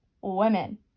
women